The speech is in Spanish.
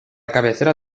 cabecera